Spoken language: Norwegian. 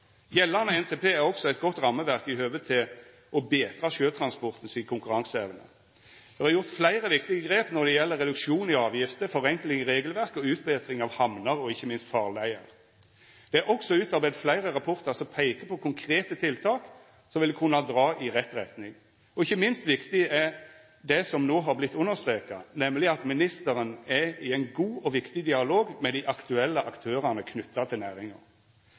Gjeldande NTP er også eit godt rammeverk når det gjeld å betra sjøtransporten si konkurranseevne. Det er gjort fleire viktige grep når det gjeld reduksjon i avgifter, forenklingar i regelverk og utbetring av hamner og ikkje minst farleier. Det er også utarbeidd fleire rapportar som peikar på konkrete tiltak som vil kunna dra i rett retning, og ikkje minst viktig er det som no har vorte understreka, nemlig at ministeren er i ein god og viktig dialog med dei aktuelle aktørane knytte til næringa.